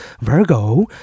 Virgo